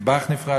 מטבח נפרד,